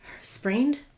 sprained